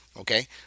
Okay